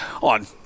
on